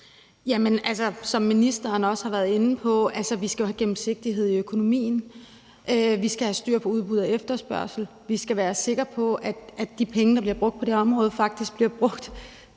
Som ministeren også har været inde på, skal vi jo have gennemsigtighed i økonomien. Vi skal have styr på udbud og efterspørgsel. Vi skal være sikre på, at de penge, der bliver brugt på det her område, faktisk bliver brugt